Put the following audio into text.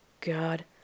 God